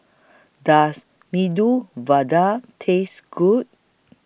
Does Medu Vada Taste Good